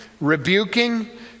rebuking